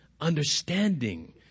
Understanding